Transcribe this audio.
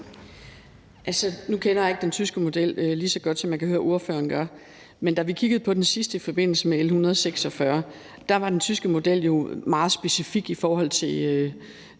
(KF): Nu kender jeg ikke den tyske model lige så godt, som jeg kan høre ordføreren gør. Men da vi kiggede på den sidst i forbindelse med L 146, var den tyske model jo meget specifik i forhold til